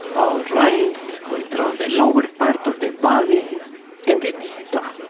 right! we draw the lower part of the body and it's done!